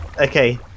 okay